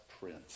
prince